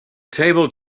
table